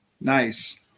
Nice